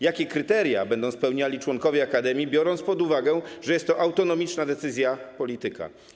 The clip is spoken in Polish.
Jakie kryteria będą spełniali członkowie akademii, biorąc pod uwagę, że jest to autonomiczna decyzja polityka?